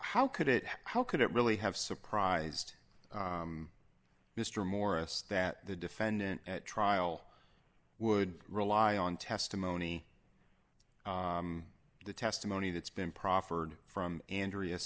how could it how could it really have surprised mr morris that the defendant at trial would rely on testimony the testimony that's been proffered from andrea